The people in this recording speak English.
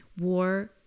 war